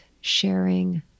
sharing